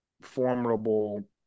formidable